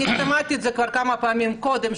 שמעתי את זה כבר כמה פעמים קודם,